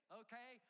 okay